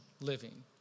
living